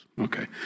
Okay